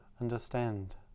understand